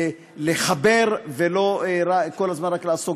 לחבר ולא כל הזמן רק לעסוק